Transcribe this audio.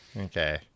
okay